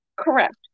Correct